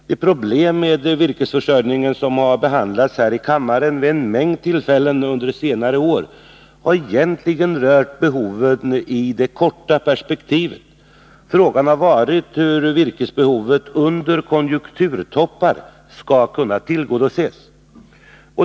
De problem med virkesförsörjningen som har behandlats här i kammaren vid en mängd tillfällen under senare år har egentligen rört behoven i det korta perspektivet. Frågan har varit hur virkesbehovet under konjunkturtoppar skall kunna tillgodoses.